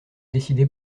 décider